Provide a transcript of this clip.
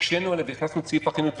הקשינו עליהם והכנסנו את סעיף החיוניות.